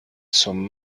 zum